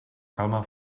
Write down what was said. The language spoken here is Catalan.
calma